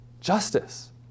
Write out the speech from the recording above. justice